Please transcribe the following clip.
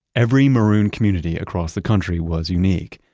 every maroon community across the country was unique.